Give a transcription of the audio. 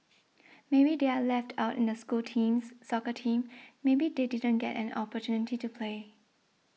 maybe they are left out in the school teams soccer team maybe they didn't get any opportunity to play